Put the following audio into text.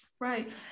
Right